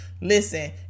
listen